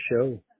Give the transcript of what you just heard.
show